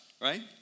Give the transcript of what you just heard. right